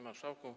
Marszałku!